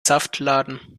saftladen